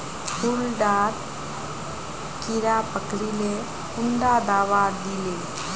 फुल डात कीड़ा पकरिले कुंडा दाबा दीले?